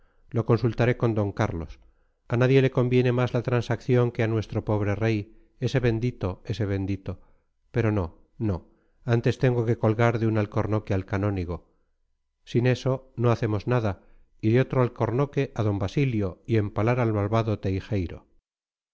lo consultaré con d carlos a nadie conviene más la transacción que a nuestro pobre rey ese bendito ese bendito pero no no antes tengo que colgar de un alcornoque al canónigo sin eso no hacemos nada y de otro alcornoque a d basilio y empalar al malvado teijeiro